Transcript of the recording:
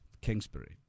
kingsbury